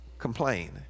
complain